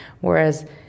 whereas